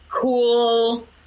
cool